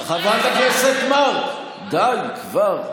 חברת הכנסת מארק, די כבר.